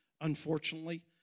Unfortunately